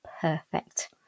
perfect